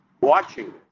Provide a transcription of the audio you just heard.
watching